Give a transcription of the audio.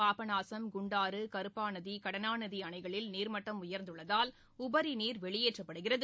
பாபநாசம் குண்டாறு கருப்பாநதி கடனாநதி அணைகளில் நீர்மட்டம் உயர்ந்துள்ளதால் உபரிநீர் வெளியேற்றப்படுகிறது